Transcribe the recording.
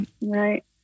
Right